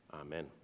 Amen